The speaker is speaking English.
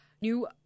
new